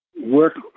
work